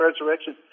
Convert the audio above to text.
resurrection